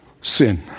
sin